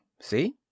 See